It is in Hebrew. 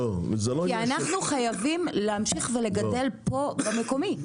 כי אנחנו חייבים להמשיך ולגדל פה במקומי.